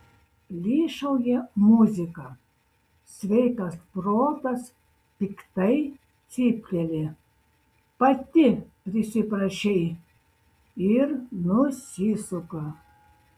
plyšauja muzika sveikas protas piktai cypteli pati prisiprašei ir nusisuka